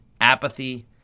apathy